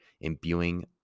imbuing